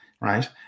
right